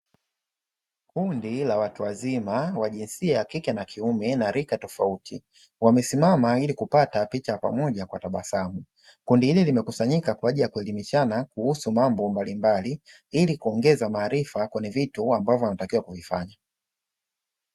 Kundi la watu wazima wa jinsia ya kike na kiume na rika tofauti, wamesimama ili kupata picha ya pamoja kwa tabasamu. Kundi hili limekusanyika kwa ajili ya kuelimishana kuhusu mambo mbalimbali, ili kuongeza maarifa kwenye vitu ambavyo wanatakiwa kuvifanya.